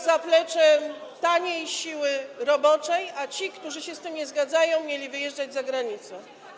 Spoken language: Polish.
zapleczem taniej siły roboczej, a ci, którzy się z tym nie zgadzają, mieli wyjeżdżać za granicę.